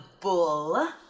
bull